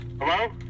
Hello